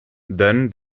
then